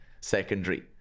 secondary